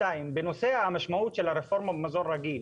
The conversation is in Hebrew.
בנושא המשמעות של הרפורמה במזון רגיל,